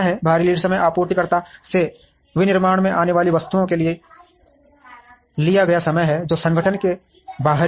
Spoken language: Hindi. बाहरी लीड समय आपूर्तिकर्ता से विनिर्माण में आने वाली वस्तुओं के लिए लिया गया समय है जो संगठन के लिए बाहरी है